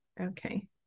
Okay